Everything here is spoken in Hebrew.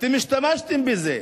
אתם השתמשתם בזה.